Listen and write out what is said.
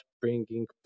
bringing